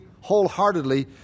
wholeheartedly